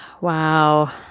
wow